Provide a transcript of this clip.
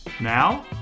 Now